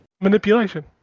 Manipulation